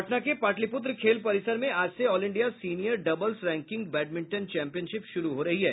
पटना के पाटलीपुत्र खेल परिसर में आज से all India senior doubles ranking badminton championship शुरू हो रही है